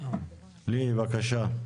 ליהי, בבקשה.